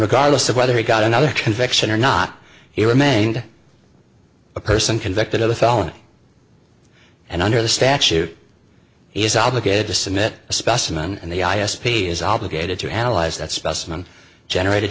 regardless of whether he got another conviction or not he remained a person convicted of a felony and under the statute he is obligated to submit a specimen and the i s p is obligated to analyze that specimen generate